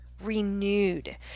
renewed